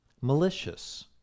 Malicious